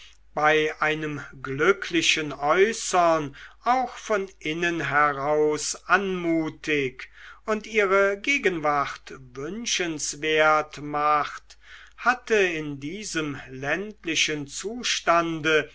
bei einem glücklichen äußern auch von innen heraus anmutig und ihre gegenwart wünschenswert macht hatte in diesem ländlichen zustande